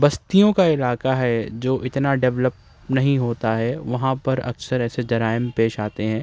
بستیوں کا علاقہ ہے جو اتنا ڈیولپ نہیں ہوتا ہے وہاں پر اکثر ایسے جرائم پیش آتے ہیں